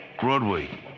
Broadway